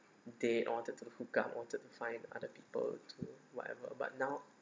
they I wanted to hook up I wanted to find other people to whatever but now